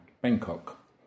Bangkok